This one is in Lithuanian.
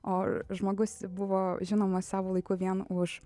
o žmogus buvo žinomas savo laiku vien už